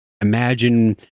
imagine